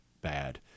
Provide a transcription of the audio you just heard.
bad